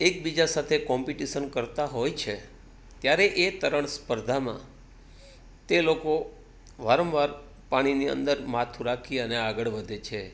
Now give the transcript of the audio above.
એક બીજા સાથે કોંપિટીશન કરતાં હોય છે ત્યારે એ તરણ સ્પર્ધામાં તે લોકો વારંવાર પાણીની અંદર માથું રાખી અને આગળ વધે છે